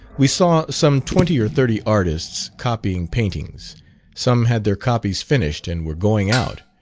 we saw some twenty or thirty artists copying paintings some had their copies finished and were going out,